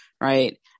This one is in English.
right